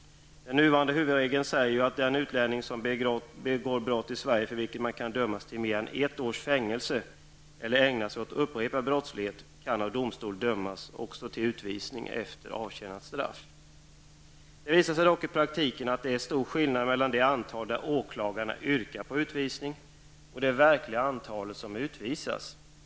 Den nuvarande huvudregeln säger att den utlänning som begår brott i Sverige för vilket man kan dömas till mer än ett års fängelse eller ägnar sig åt upprepad brottslighet kan av domstol dömas också till utvisning efter avtjänat straff. Det visar sig dock i praktiken att det är stor skillnad mellan det antal fall där åklagarna yrkar på utvisning och det verkliga antalet som utvisas.